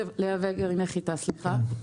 לייבא גרעיני חיטה, סליחה.